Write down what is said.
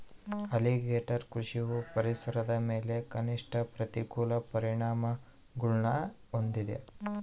alligator ಕೃಷಿಯು ಪರಿಸರದ ಮೇಲೆ ಕನಿಷ್ಠ ಪ್ರತಿಕೂಲ ಪರಿಣಾಮಗುಳ್ನ ಹೊಂದಿದೆ